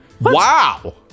Wow